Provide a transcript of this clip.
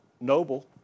noble